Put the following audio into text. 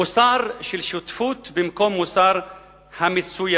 מוסר של שותפות במקום מוסר המצוינות,